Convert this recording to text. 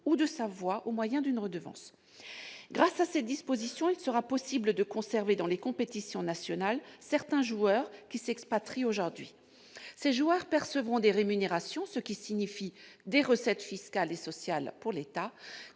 ou de sa voix, au moyen d'une redevance. Grâce à cette disposition, il sera possible de conserver dans les compétitions nationales certains joueurs qui s'expatrient aujourd'hui. Ces joueurs percevront des rémunérations, ce qui signifie des recettes fiscales et sociales pour l'État.